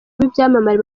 b’ibyamamare